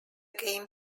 game